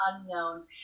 unknown